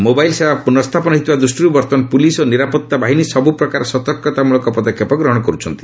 mobile ସେବା ପୁର୍ନସ୍ଥାପନ ହୋଇଥିବା ଦୃଷ୍ଟିରୁ ବର୍ତ୍ତମାନ ପୁଲିସ୍ ଓ ନିରାପତ୍ତା ବାହିନୀ ସବୁ ପ୍ରକାରର ସତର୍କତାମୂଳକ ପଦକ୍ଷେପ ଗ୍ରହଣ କରୁଛନ୍ତି